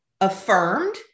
affirmed